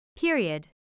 Period